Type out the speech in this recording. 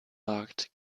wagt